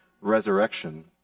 resurrection